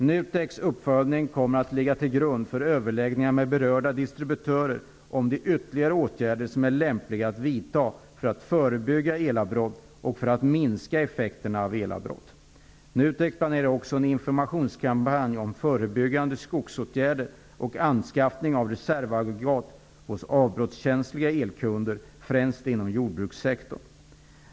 NUTEK:s uppföljning kommer att ligga till grund för överläggningar med berörda distributörer om de ytterligare åtgärder som är lämpliga att vidta för att förebygga elavbrott och för att minska effekterna av elavbrott. NUTEK planerar också en informationskampanj om förebyggande skogsåtgärder och anskaffning av reservaggregat hos avbrottskänsliga elkunder, främst inom jordbrukssektorn.